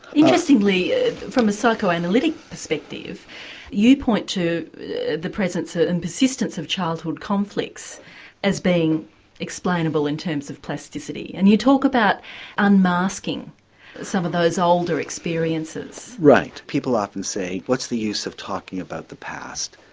interestingly from a psychoanalytic perspective you point to the presence ah and persistence of childhood conflicts as being explainable in terms of plasticity and you talk about unmasking some of those older experiences. right, people often say what's the use of talking about the past.